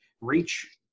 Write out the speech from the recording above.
reach